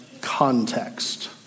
context